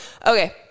okay